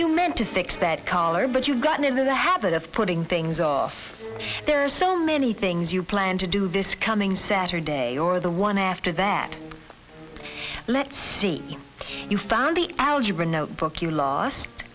you meant to fix that collar but you've gotten in the habit of putting things off there are so many things you plan to do this coming saturday or the one after that let's see you found the algebra notebook you lo